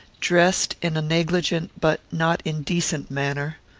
dressed in a negligent but not indecent manner.